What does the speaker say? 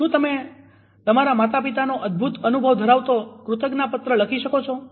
શું તમે તમારા માતા પિતાનો અદ્દભુત અનુભવ ધરાવતો કૃતજ્ઞતાપત્ર લખી શકો છો